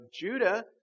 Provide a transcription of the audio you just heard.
Judah